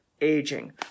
aging